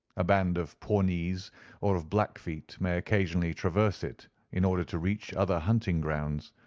a band of pawnees or of blackfeet may occasionally traverse it in order to reach other hunting-grounds,